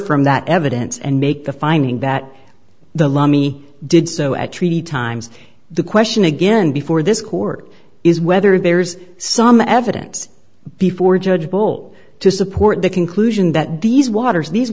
from that evidence and make the finding that the lummy did so at treaty times the question again before this court is whether there's some evidence before judge bolt to support the conclusion that these waters